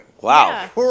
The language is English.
wow